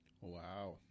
Wow